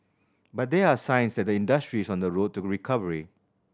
but there are signs that the industry is on the road to recovery